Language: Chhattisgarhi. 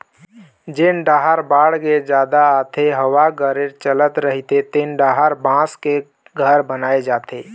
जेन डाहर बाड़गे जादा आथे, हवा गरेर चलत रहिथे तेन डाहर बांस के घर बनाए जाथे